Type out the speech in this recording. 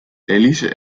elise